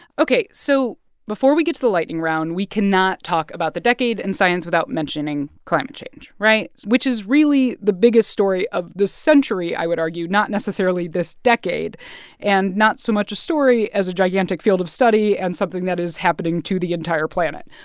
ok. so before we get to the lightning round, we cannot talk about the decade in and science without mentioning climate change, right? which is really the biggest story of the century, i would argue, not necessarily this decade and not so much a story as a gigantic field of study and something that is happening to the entire planet.